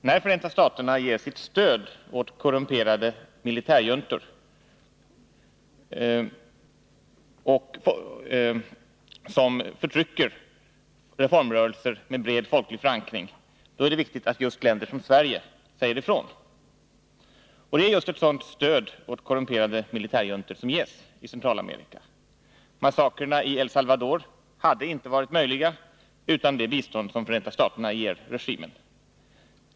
När Förenta staterna ger sitt stöd åt korrumperade militärjuntor, som förtrycker reformrörelser med bred folklig förankring, då är det viktigt att just länder som Sverige säger ifrån. Det är just ett sådant stöd åt korrumperade militärjuntor som ges i Centralamerika. Massakrerna i El Salvador hade inte varit möjliga utan det bistånd som Förenta staterna ger regimen.